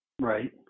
Right